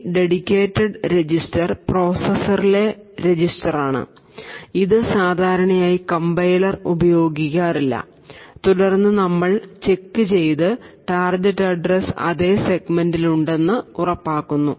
ഈ dedicated register പ്രോസസ്സറിലെ രജിസ്റ്ററാണ് ഇത് സാധാരണയായി കംപൈലർ ഉപയോഗിക്കാറില്ല തുടർന്ന് നമ്മൾ ചെക്ക് ചെയ്ത് ടാർഗെറ്റ് അഡ്രസ്സ് അതേ സെഗ്മെന്റിൽ ഉണ്ടെന്ന് ഉറപ്പാക്കുന്നു